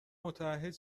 متعهد